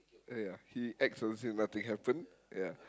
ya he acts as if nothing happen ya